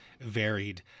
varied